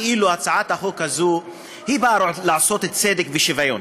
כאילו הצעת החוק הזאת באה לעשות צדק ושוויון,